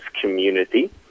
community